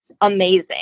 amazing